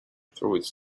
through